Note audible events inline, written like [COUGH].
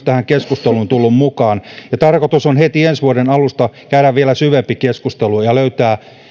[UNINTELLIGIBLE] tähän keskusteluun myös tulleet mukaan tarkoitus on heti ensi vuoden alusta käydä vielä syvempi keskustelu ja löytää